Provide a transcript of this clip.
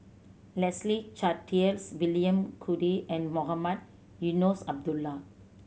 Leslie Charteris William Goode and Mohamed Eunos Abdullah